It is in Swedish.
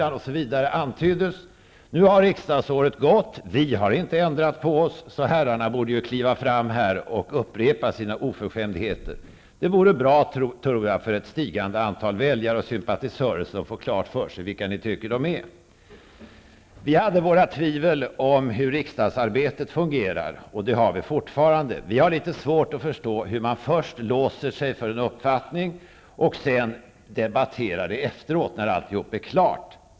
Nu har riksdagsåret gått. Vi har inte ändrat på oss, så herrarna borde kliva fram här och upprepa sina oförskämdheter. Det vore bra, tror jag, för ett stigande antal väljare och sympatisörer, som får klart för sig vilka ni tycker att de är. Vi hade våra tvivel om hur riksdagsarbetet fungerar, och det har vi fortfarande. Vi har litet svårt att förstå hur man först låser sig för en uppfattning och sedan debatterar det efteråt, när alltihop är klart.